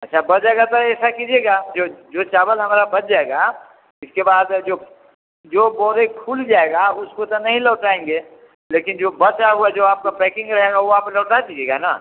अच्छा बच जाएगा तो ऐसा कीजिएगा जो जो चावल हमारा बच जाएगा इसके बाद जो जो बोरे खुल जाएगा उसको तो नहीं लौटाएँगे लेकिन जो बचा हुआ जो आपका पैकिंग रहेगा वो आप लौटा दीजिएगा न